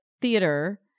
theater